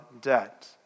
debt